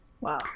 Wow